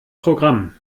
programm